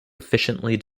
efficiently